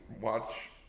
watch